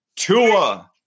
Tua